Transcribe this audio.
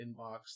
inbox